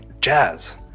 Jazz